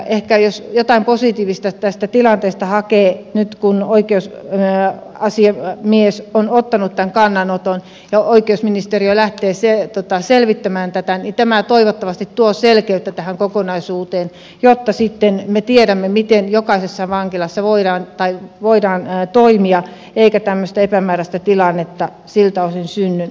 ehkä jos jotain positiivista tästä tilanteesta hakee nyt kun oikeusasiamies on ottanut tämän kannanoton ja oikeusministeriö lähtee selvittämään tätä niin tämä toivottavasti tuo selkeyttä tähän kokonaisuuteen jotta sitten me tiedämme miten jokaisessa vankilassa voidaan toimia eikä tämmöistä epämääräistä tilannetta siltä osin synny